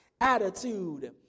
attitude